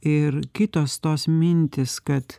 ir kitos tos mintys kad